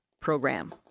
program